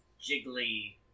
jiggly